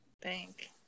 Thank